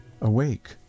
awake